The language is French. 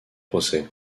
procès